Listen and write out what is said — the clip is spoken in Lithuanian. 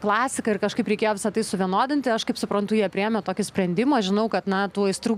klasika ir kažkaip reikėjo visa tai suvienodinti aš kaip suprantu jie priėmė tokį sprendimą žinau kad na tų aistrų